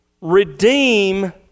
redeem